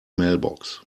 mailbox